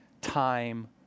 time